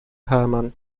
hermann